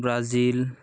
Brazil